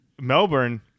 Melbourne